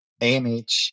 AMH